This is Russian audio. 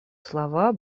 слова